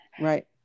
Right